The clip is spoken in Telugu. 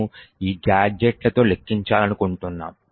ను ఈ గాడ్జెట్లతో లెక్కించాలనుకుంటున్నాము